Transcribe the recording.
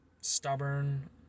stubborn